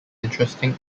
interesting